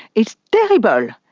it's terrible,